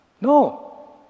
No